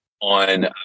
On